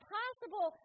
possible